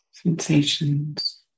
sensations